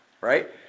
right